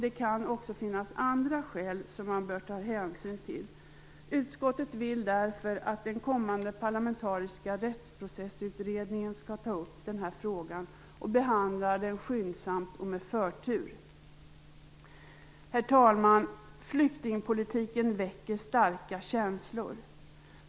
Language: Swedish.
Det kan även finnas andra skäl som man bör ta hänsyn till. Utskottet vill därför att den kommande parlamentariska rättsprocessutredningen skall ta upp den här frågan och behandla den skyndsamt och med förtur. Herr talman! Flyktingpolitiken väcker starka känslor.